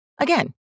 Again